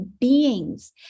beings